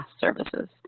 services